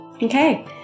Okay